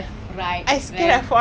like one you get the hang of it